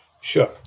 sure